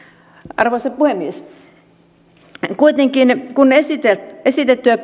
arvoisa puhemies kuitenkin kun esitettyä